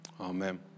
Amen